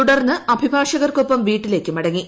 തുടർന്ന് അഭിഭാഷകർക്കൊപ്പം വീട്ടിലേക്ക് മടങ്ങി